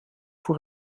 voor